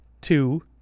two